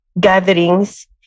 gatherings